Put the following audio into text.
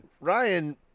Ryan